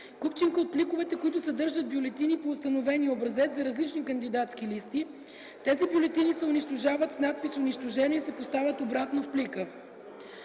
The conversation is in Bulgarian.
купчинка от пликовете, които съдържат бюлетини по установения образец за различни кандидатски листи; тези бюлетини се унищожават с надпис „унищожена” и се поставят обратно в плика;